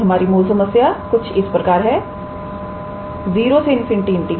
तो हमारी मूल समस्या कुछ इस प्रकार है0∞ 𝑐𝑜𝑠2𝑥𝑑𝑥1𝑥 2